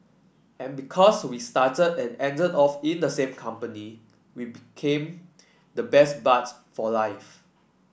and because we started and ended off in the same company we became the best buds for life